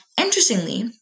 Interestingly